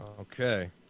Okay